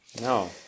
No